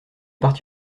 parti